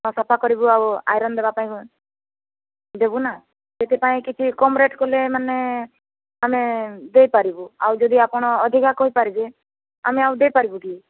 ହଁ ସଫା କରିବୁ ଆଉ ଆଇରନ୍ ଦେବା ପାଇଁ ଦେବୁନା ସେଥିପାଇଁ କିଛି କମ୍ ରେଟ୍ କଲେ ମାନେ ଆମେ ଦେଇପାରିବୁ ଆଉ ଯଦି ଆପଣ ଅଧିକା କହିପାରିବେ ଆମେ ଆଉ ଦେଇପାରିବୁ କି